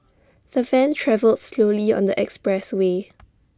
the van travelled slowly on the expressway